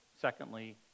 secondly